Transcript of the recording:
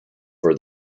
for